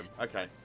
Okay